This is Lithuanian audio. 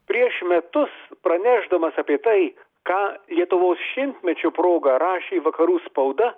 prieš metus pranešdamas apie tai ką lietuvos šimtmečio proga rašė vakarų spauda